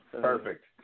Perfect